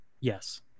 Yes